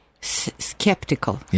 skeptical